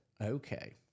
Okay